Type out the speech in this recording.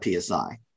psi